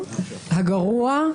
הגרוע,